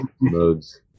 modes